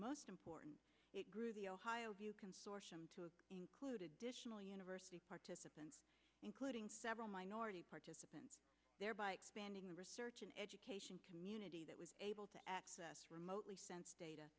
most important it grew the consortium to include additional university participants including several minority participants thereby expanding research in education community that was able to access remotely sense data